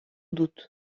dut